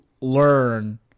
learn